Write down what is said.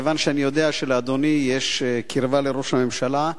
כיוון שאני יודע שלאדוני יש קרבה לראש הממשלה,